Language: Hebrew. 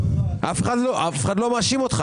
אף אחד לא מאשים אותך.